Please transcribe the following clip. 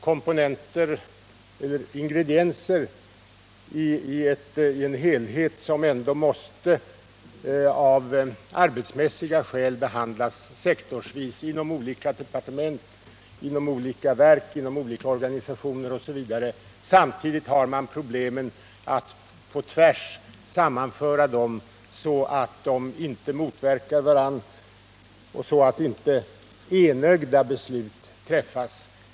Det gäller ingredienser i en helhet, som ändå av arbetsmässiga skäl måste behandlas sektorvis inom olika departement, verk, organisationer osv. Samtidigt har man behov av att sammanföra dem ”på tvären”, så att de inte motverkar varandra och så att inte enögda beslut träffas.